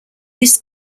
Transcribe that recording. this